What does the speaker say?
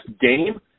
game